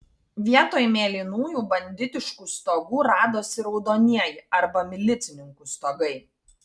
vietoj mėlynųjų banditiškų stogų radosi raudonieji arba milicininkų stogai